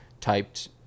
typed